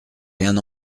rien